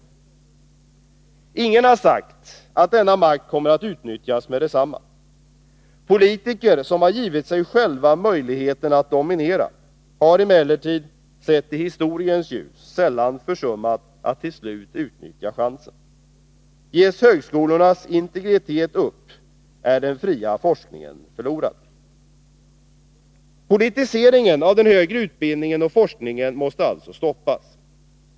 Ingen har sagt att denna makt kommer att utnyttjas med detsamma. Politiker som har givit sig själva möjligheten att dominera har emellertid — sett i historiens ljus — sällan försummat att till slut utnyttja chansen. Ges högskolornas integritet upp är den fria forskningen förlorad. Politiseringen av den högre utbildningen och forskningen måste alltså stoppas.